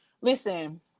Listen